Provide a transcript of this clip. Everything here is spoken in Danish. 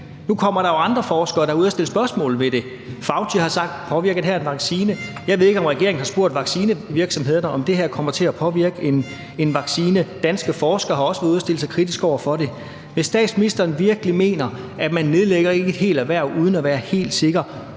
nu kommer der jo andre forskere, der er ude at sætte spørgsmålstegn ved det. Fauci har sagt: Påvirker det her en vaccine? Jeg ved ikke, om regeringen har spurgt vaccinevirksomhederne, om det her kommer til at påvirke en vaccine. Danske forskere har også været ude at stille sig kritisk over for det. Hvis statsministeren virkelig mener, at man ikke nedlægger et helt erhverv uden at være helt sikker,